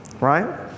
right